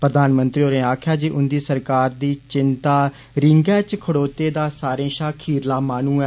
प्रधानमंत्री होरें आक्खेआ जे उन्दी सरकार दी चिंता रींगै च खड़ोते दा सारें षा खीरला माहनू ऐ